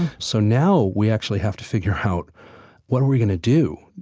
so now we actually have to figure out what are we going to do?